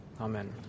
Amen